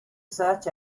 search